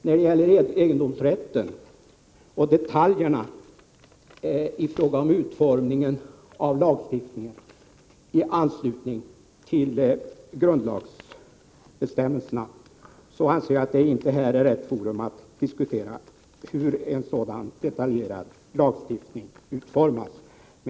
När det gäller egendomsrätten och detaljerna i fråga om utformningen av lagstiftningen i anslutning till grundlagsbestämmelserna anser jag att detta inte är rätt forum för att diskutera hur en sådan detaljerad lagstiftning skall utformas.